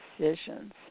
decisions